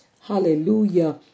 Hallelujah